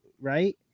right